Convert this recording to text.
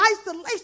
isolation